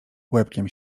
łebkiem